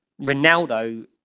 Ronaldo